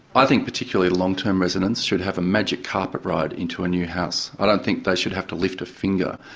i think particularly long-term residents should have a magic carpet ride into a new house. i don't think they should have to lift a finger.